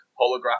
holographic